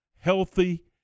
healthy